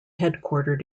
headquartered